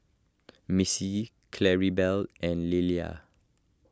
Missy Claribel and Leila